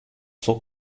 son